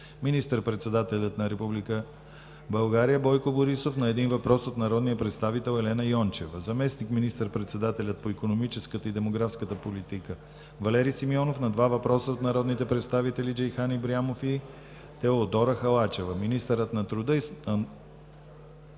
министър-председателят на Република България Бойко Борисов – на един въпрос от народния представител Елена Йончева; - заместник министър-председателят по икономическата и демографска политика Валери Симеонов – на два въпроса от народните представители Джейхан Ибрямов и Теодора Халачева; - министърът на труда и